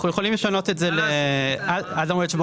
אנחנו יכולים לשנות את זה לעד המועד שבו